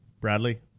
Bradley